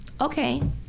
okay